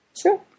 Sure